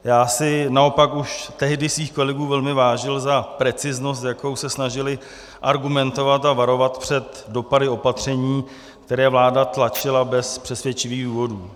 Já si naopak už tehdy svých kolegů velmi vážil za preciznost, s jakou se snažili argumentovat a varovat před dopady opatření, které vláda tlačila bez přesvědčivých důvodů.